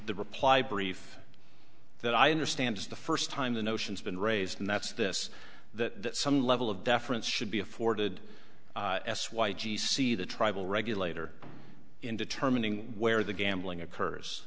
the reply brief that i understand is the first time the notions been raised and that's this that some level of deference should be afforded s y g c the tribal regulator in determining where the gambling